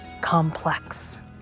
complex